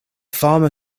farmer